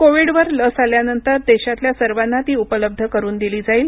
कोविडवर लस आल्यानंतर देशातल्या सर्वांना ती उपलब्ध करून दिली जाईल